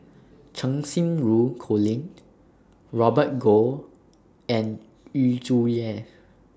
Cheng Xinru Colin Robert Goh and Yu Zhuye